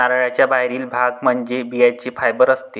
नारळाचा बाहेरील भाग म्हणजे बियांचे फायबर असते